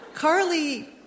Carly